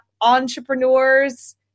entrepreneurs